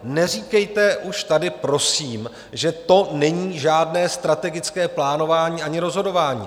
Neříkejte už tady, prosím, že to není žádné strategické plánování ani rozhodování.